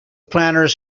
planners